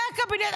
זה הקבינט.